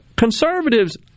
Conservatives